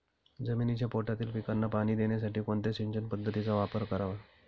जमिनीच्या पोटातील पिकांना पाणी देण्यासाठी कोणत्या सिंचन पद्धतीचा वापर करावा?